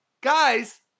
guys